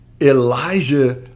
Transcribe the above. Elijah